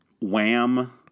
Wham